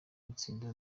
gutsinda